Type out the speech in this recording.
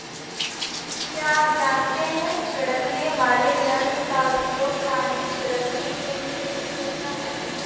क्या आप जानते है छिड़कने वाले यंत्र का उपयोग पानी छिड़कने के लिए भी होता है?